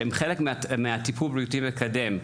שהן חלק מהטיפול הבריאותי המקדם,